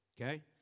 Okay